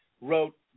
wrote